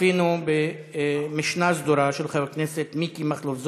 צפינו במשנה סדורה של חבר הכנסת מיקי מכלוף זוהר,